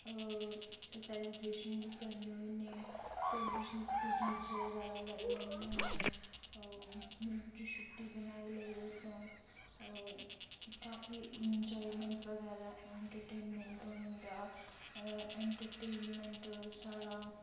celebration बी करने होन्ने सैलीब्रेशन च डीजे बगैरा लाई लैन्ने होन्ने रुट्टी छुट्टी बनाई लेई असें काफी इन्जायमैंट बगैरा ऐंटरटेनमैंट होई जंदा ऐंटरटेनमैंट साढ़ा